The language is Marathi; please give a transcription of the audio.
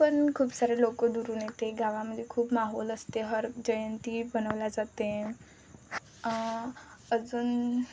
पण खूप सारे लोक दुरून येते गावामध्ये खूप माहौल असते हर जयंती मनवल्या जाते अजून